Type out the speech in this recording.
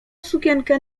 sukienkę